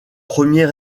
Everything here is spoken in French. premiers